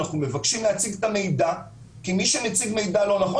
אנחנו מבקשים להציג את המידע כי מי שמציג מידע לא נכון,